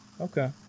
Okay